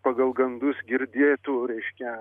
pagal gandus girdėtų reiškia